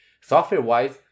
Software-wise